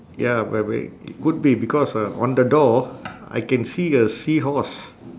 ya bu~ but it could be because uh on the door I can see a seahorse